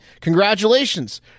Congratulations